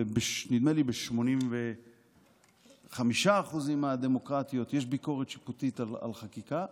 ונדמה לי ב-85% מהדמוקרטיות יש ביקורת שיפוטית על חקיקה,